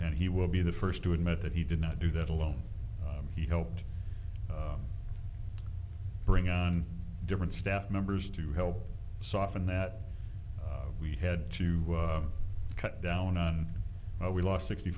and he will be the first to admit that he did not do that alone he helped bring on different staff members to help soften that we had to cut down on how we lost sixty